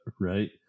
Right